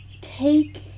take